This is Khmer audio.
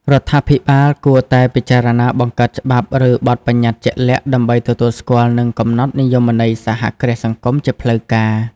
រដ្ឋាភិបាលគួរតែពិចារណាបង្កើតច្បាប់ ឬបទប្បញ្ញត្តិជាក់លាក់ ដើម្បីទទួលស្គាល់ និងកំណត់និយមន័យ សហគ្រាសសង្គម ជាផ្លូវការ ។